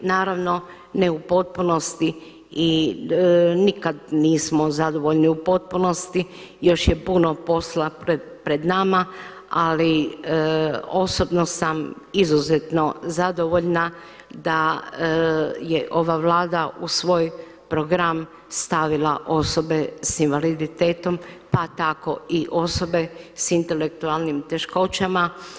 Naravno ne u potpunosti i nikad nismo zadovoljni u potpunosti, još je puno posla pred nama, ali osobno sam izuzetno zadovoljna da je ova Vlada u svoj program stavila osobe s invaliditetom, pa tako i osobe s intelektualnim teškoćama.